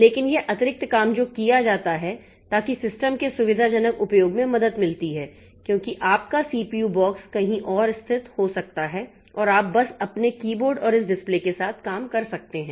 लेकिन यह अतिरिक्त काम जो किया जाता है ताकि सिस्टम के सुविधाजनक उपयोग में मदद मिलती है क्योंकि आपका सीपीयू बॉक्स कहीं और स्थित हो सकता है और आप बस अपने कीबोर्ड और इस डिस्प्ले के साथ काम कर सकते हैं